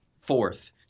Fourth